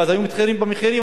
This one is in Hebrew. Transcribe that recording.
ואז היו מתחרים במחירים,